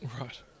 Right